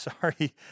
sorry